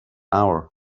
hour